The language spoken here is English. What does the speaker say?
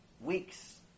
weeks